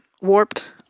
warped